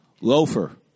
Loafer